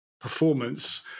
performance